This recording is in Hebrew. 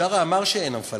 בשארה אמר שאין עם פלסטיני,